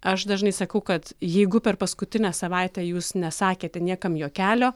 aš dažnai sakau kad jeigu per paskutinę savaitę jūs nesakėte niekam juokelio